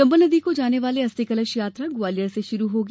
चम्बल नदी को जाने वाली अस्थि कलश यात्रा ग्वालियर से शुरू होगी